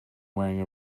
wearing